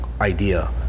idea